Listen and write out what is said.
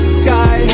sky